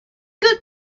good